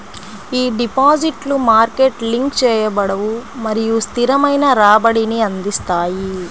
ఈ డిపాజిట్లు market link చేయబడవు మరియు స్థిరమైన రాబడిని అందిస్తాయి